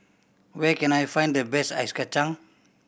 where can I find the best ice kacang